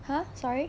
!huh! sorry